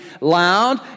loud